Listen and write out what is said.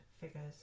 figures